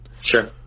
Sure